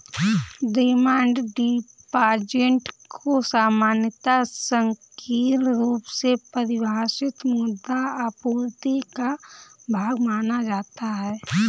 demand deposit को सामान्यतः संकीर्ण रुप से परिभाषित मुद्रा आपूर्ति का भाग माना जाता है